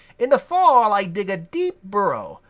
in the fall i dig a deep burrow,